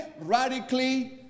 radically